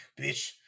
bitch